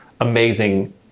amazing